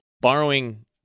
Borrowing